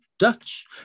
Dutch